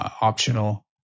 optional